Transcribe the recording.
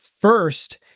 first